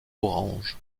orange